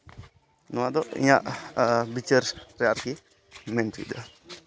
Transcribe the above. ᱱᱚᱣᱟ ᱫᱚ ᱤᱧᱟ ᱜ ᱵᱤᱪᱟᱹᱨ ᱨᱮ ᱟᱨᱠᱤ ᱢᱮᱱ ᱦᱚᱪᱚᱭᱮᱫᱟ